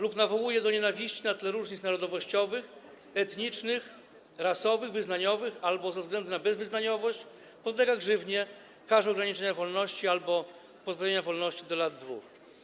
lub nawołuje do nienawiści na tle różnic narodowościowych, etnicznych, rasowych, wyznaniowych albo ze względu na bezwyznaniowość, podlega grzywnie, karze ograniczenia wolności albo pozbawienia wolności do lat 2.